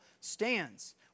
stands